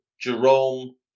Jerome